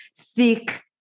thick